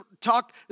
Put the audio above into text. talk